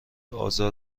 آزار